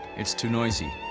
it's too noisy.